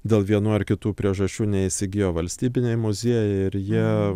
dėl vienų ar kitų priežasčių neįsigijo valstybiniai muziejai ir jie